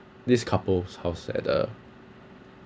these couple's house at the